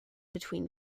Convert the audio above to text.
between